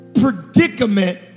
predicament